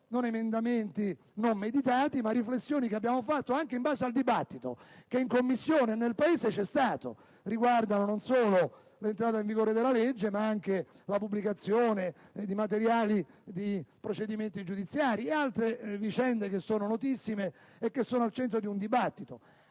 di emendamenti non meditati, ma di riflessioni che abbiamo svolto anche sulla base del dibattito tenutosi in Commissione e nel Paese. Essi riguardano non solo l'entrata in vigore della legge, ma anche la pubblicazione di materiale proveniente da procedimenti giudiziari e altre vicende che sono notissime e che sono al centro del dibattito.